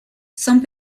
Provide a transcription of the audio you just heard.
sans